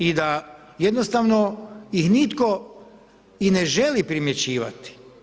I da jednostavno ih nitko i ne želi primjećivati.